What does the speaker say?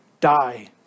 die